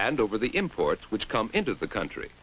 and over the imports which come into the country